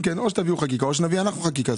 או שאתם תביאו חקיקה או שאנחנו נביא אותה.